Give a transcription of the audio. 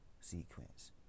sequence